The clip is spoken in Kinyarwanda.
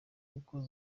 kuko